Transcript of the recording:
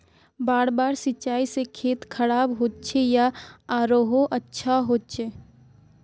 बार बार सिंचाई से खेत खराब होचे या आरोहो अच्छा होचए?